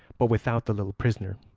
but without the little prisoner.